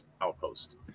Outpost